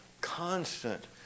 constant